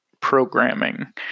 programming